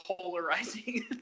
polarizing